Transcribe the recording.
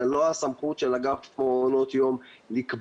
זאת לא הסמכות של האגף למעונות יום לקבוע.